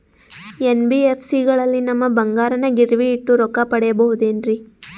NBFC ಗಳಲ್ಲಿ ನಮ್ಮ ಬಂಗಾರನ ಗಿರಿವಿ ಇಟ್ಟು ರೊಕ್ಕ ಪಡೆಯಬಹುದೇನ್ರಿ?